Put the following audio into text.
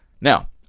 Now